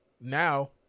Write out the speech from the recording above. now